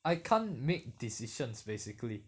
I can't make decisions basically